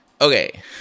okay